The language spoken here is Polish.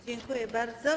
Dziękuję bardzo.